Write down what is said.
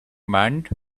mind